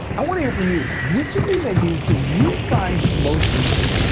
i wanna hear from you. which of these ideas do you find most useful.